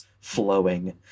flowing